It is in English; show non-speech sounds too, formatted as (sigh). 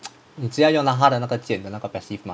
(noise) 你只要用那他的那个剑的那个 passive mah